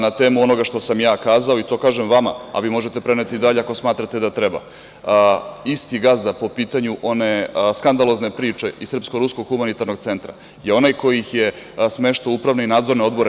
Na temu onoga što sam kazao i to kažem vama, a vi možete preneti dalje, ako smatrate da treba, isti gazda po pitanju one skandalozne priče iz Srpsko-ruskog humanitarnog centra, je onaj ko ih je smeštao u upravne i nadzorne odbore.